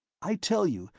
i tell you,